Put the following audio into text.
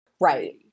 Right